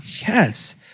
Yes